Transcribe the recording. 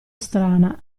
strana